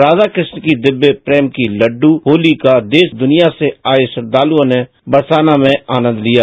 राधाकृष्ण की दिव्य प्रेम की लड़ू होली का देश दुनिया से आए श्रद्वालुओं ने बरसाना में आनंद लिया